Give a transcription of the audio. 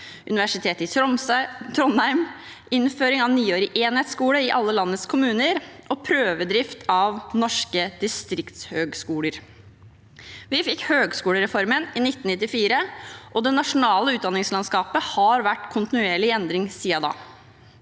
Universitetet i Trondheim, innføring av niårig enhetsskole i alle landets kommuner og prøvedrift av norske distriktshøyskoler. Vi fikk høyskolereformen i 1994, og det nasjonale utdanningslandskapet har vært kontinuerlig i endring siden da.